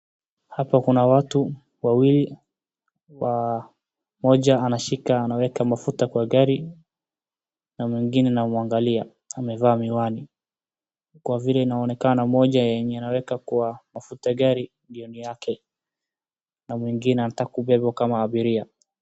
Hapa kuna watu wawili, moja anashika anaweka mafuta kwa gari na mwingine anamwagalia amevaa miwani kwa vile inaonekana moja yenye anaweka kwa mafuta gari ndio ni yake na mwingine anataka kubebwa kama abiria.